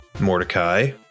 Mordecai